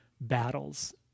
Battles